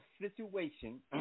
situation